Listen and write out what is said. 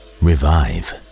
revive